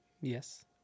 Yes